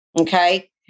Okay